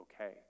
okay